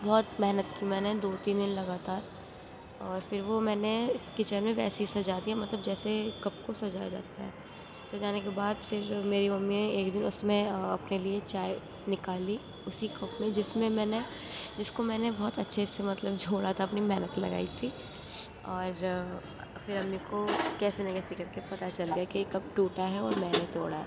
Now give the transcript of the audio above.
بہت محنت کی میں نے دو تین دن لگاتار اور پھر وہ میں نے کچن میں ویسے ہی سجا دیا مطلب جیسے کپ کو سجایا جاتا ہے سجانے کے بعد پھر میری ممی نے ایک دن اس میں اپنے لیے چائے نکالی اسی کپ میں جس میں میں نے جس کو میں نے بہت اچھے سے مطلب جوڑا تھا اپنی محنت لگائی تھی اور پھر امی کو کیسے نہ کیسے کر کے پتا چل گیا کپ ٹوٹا ہے اور میں نے توڑا ہے